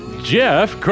Jeff